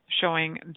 showing